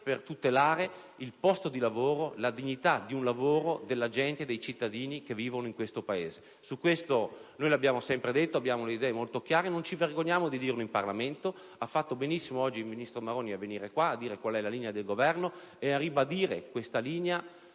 per tutelare il posto di lavoro, la dignità di un lavoro della gente, dei cittadini che vivono nel Paese. Questo noi lo abbiamo sempre detto, abbiamo le idee molto chiare, non ci vergogniamo di ripeterlo in Parlamento; ha fatto benissimo oggi il ministro Maroni a venire in Aula a spiegare qual è la linea del Governo e a ribadire questa linea